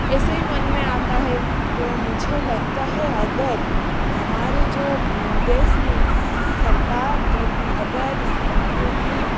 ऐसे ही मन में आता है तो मुझे लगता है अगर हमारे जो देश में सरकार अगर नारियों की